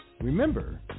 Remember